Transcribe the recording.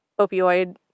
opioid